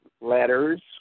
letters